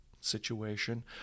situation